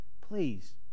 please